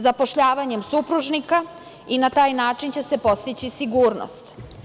Zapošljavanjem supružnika i na taj način će se postići sigurnost.